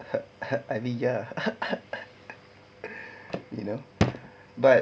I mean ya you know but